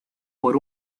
por